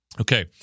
Okay